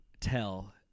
tell